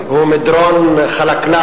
הוא מדרון חלקלק